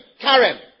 Karen